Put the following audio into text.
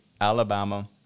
Alabama